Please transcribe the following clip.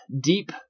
deep